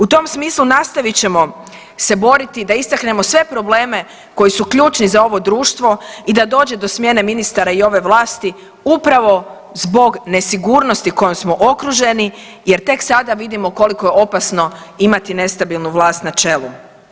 U tom smislu nastavit ćemo se boriti da istaknemo sve probleme koji su ključni za ovo društvo i da dođe do smjene ministara i ove vlasti upravo zbog nesigurnosti kojom smo okruženi jer tek sada vidimo koliko je opasno imati nestabilnu vlast na čelu.